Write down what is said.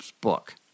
book